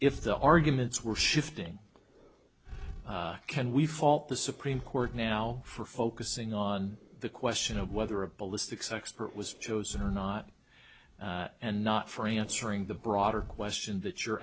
if the arguments were shifting can we fault the supreme court now for focusing on the question of whether a ballistics expert was chosen or not and not for answering the broader question that you're